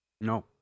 No